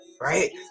right